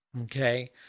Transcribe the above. Okay